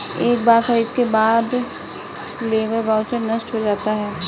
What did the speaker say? एक बार खरीद के बाद लेबर वाउचर नष्ट हो जाता है